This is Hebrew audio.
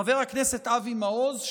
חבר הכנסת אבי מעוז,